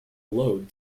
load